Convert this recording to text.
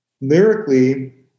Lyrically